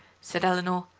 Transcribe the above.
said eleanor.